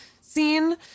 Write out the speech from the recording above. scene